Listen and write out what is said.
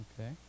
Okay